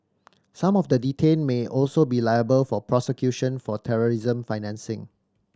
some of the detained may also be liable for prosecution for terrorism financing